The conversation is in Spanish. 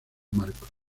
marcos